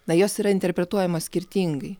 na jos yra interpretuojamos skirtingai